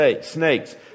snakes